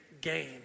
gain